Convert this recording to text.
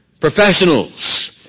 professionals